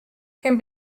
can